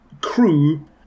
crew